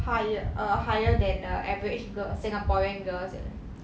higher err higher than the average girl singaporean girls eh